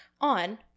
on